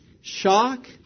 Shock